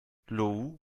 lou